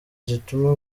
zituma